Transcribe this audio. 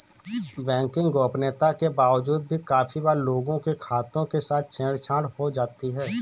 banking गोपनीयता के बावजूद भी काफी बार लोगों के खातों के साथ छेड़ छाड़ हो जाती है